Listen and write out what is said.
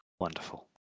wonderful